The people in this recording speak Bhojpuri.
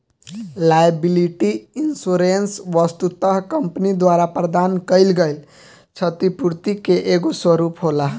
लायबिलिटी इंश्योरेंस वस्तुतः कंपनी द्वारा प्रदान कईल गईल छतिपूर्ति के एगो स्वरूप होला